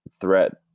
threat